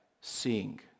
seeing